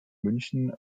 münchen